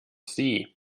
sie